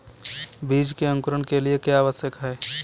बीज के अंकुरण के लिए क्या आवश्यक है?